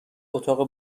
اتاق